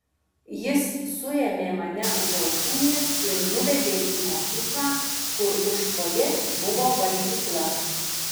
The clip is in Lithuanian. jis suėmė mane už alkūnės ir nuvedė į mokyklą kur už fojė buvo valgykla